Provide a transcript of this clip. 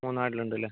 മൂന്നാറിലുണ്ടല്ലേ